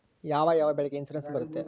ಯಾವ ಯಾವ ಬೆಳೆಗೆ ಇನ್ಸುರೆನ್ಸ್ ಬರುತ್ತೆ?